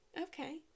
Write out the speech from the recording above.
Okay